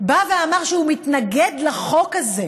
בא ואמר שהוא מתנגד לחוק הזה,